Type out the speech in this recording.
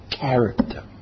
character